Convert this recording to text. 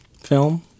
film